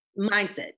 mindset